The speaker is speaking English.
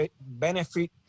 benefit